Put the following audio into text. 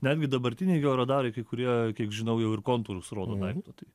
netgi dabartiniai geoadarai kai kurie kiek žinau jau ir kontūrus rodo daikto tai